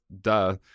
duh